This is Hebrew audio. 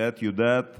ואת יודעת